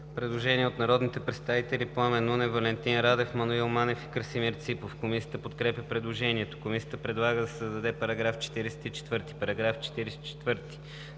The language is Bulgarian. Предложение от народните представители Пламен Нунев, Валентин Радев, Маноил Манев и Красимир Ципов. Комисията подкрепя предложението. Комисията предлага да се създаде § 55: „§ 55.